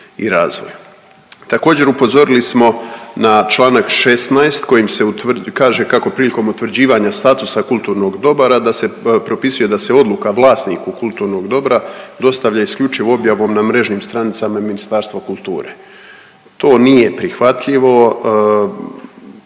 i razvoju. Također upozorili smo na čl. 16 kojim se kaže kako prilikom utvrđivanja statusa kulturnog dobra, da se propisuje da se odluka vlasniku kulturnog dobra, dostavlja isključivo objavom na mrežnim stranicama Ministarstva kulture. To nije prihvatljivo,